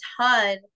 ton